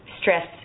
stress